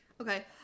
okay